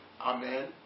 Amen